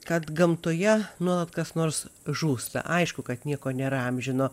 kad gamtoje nuolat kas nors žūsta aišku kad nieko nėra amžino